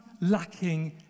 lacking